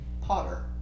Potter